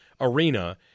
arena